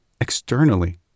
externally